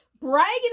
bragging